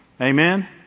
Amen